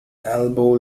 elbow